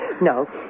No